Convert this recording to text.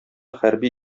хәрби